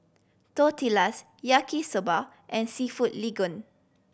Tortillas Yaki Soba and Seafood Linguine